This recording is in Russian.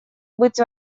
быть